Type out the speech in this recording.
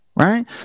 right